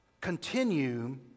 Continue